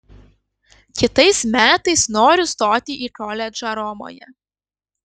kitais metais noriu stoti į koledžą romoje